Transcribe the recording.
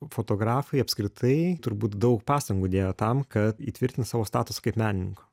fotografai apskritai turbūt daug pastangų dėjo tam kad įtvirtint savo statusą kaip menininko